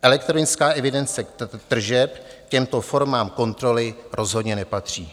Elektronická evidence tržeb k těmto formám kontroly rozhodně nepatří.